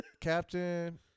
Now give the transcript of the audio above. captain